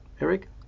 Eric